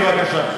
בבקשה.